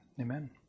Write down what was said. Amen